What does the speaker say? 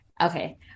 Okay